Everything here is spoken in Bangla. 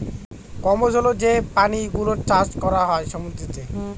কম্বোজ হল যে প্রাণী গুলোর চাষ করা হয় সমুদ্রতে